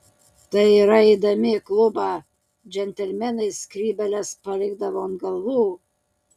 tai yra eidami į klubą džentelmenai skrybėles palikdavo ant galvų